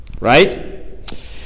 Right